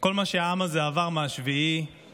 כל מה שהעם הזה עבר מ-7 באוקטובר,